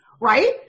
Right